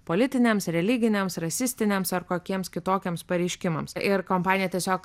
politiniams religiniams rasistiniams ar kokiems kitokiems pareiškimams ir kompanija tiesiog